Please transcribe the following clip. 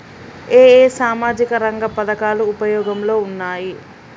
ఏ ఏ సామాజిక రంగ పథకాలు ఉపయోగంలో ఉన్నాయి?